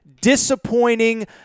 disappointing